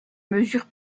mesures